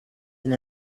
than